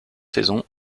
saisons